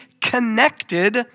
connected